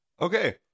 Okay